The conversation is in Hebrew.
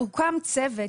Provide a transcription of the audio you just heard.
הוקם צוות,